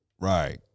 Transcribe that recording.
Right